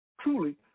truly